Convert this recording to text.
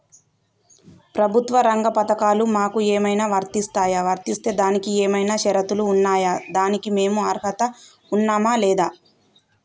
ప్రభుత్వ రంగ పథకాలు మాకు ఏమైనా వర్తిస్తాయా? వర్తిస్తే దానికి ఏమైనా షరతులు ఉన్నాయా? దానికి మేము అర్హత ఉన్నామా లేదా?